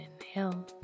inhale